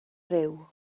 fyw